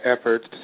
efforts